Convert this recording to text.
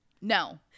No